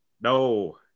No